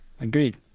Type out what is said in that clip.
agreed